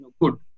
good